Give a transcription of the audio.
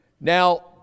Now